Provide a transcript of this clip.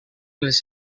les